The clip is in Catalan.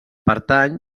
pertany